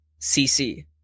CC